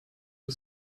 you